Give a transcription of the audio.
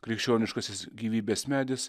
krikščioniškasis gyvybės medis